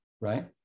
right